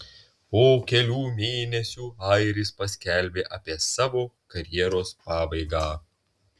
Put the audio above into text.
po kelių mėnesių airis paskelbė apie savo karjeros pabaigą